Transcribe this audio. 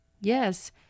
Yes